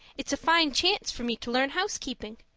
it's a fine chance for me to learn housekeeping.